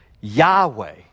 Yahweh